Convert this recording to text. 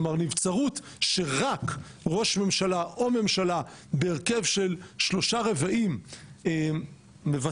כלומר נבצרות שרק ראש ממשלה או ממשלה בהרכב של שלושה רבעים מבצעת,